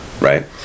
Right